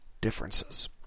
differences